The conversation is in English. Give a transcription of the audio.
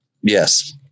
Yes